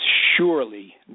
surely